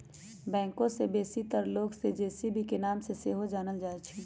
backhoe के बेशीतर लोग जे.सी.बी के नाम से सेहो जानइ छिन्ह